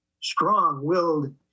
strong-willed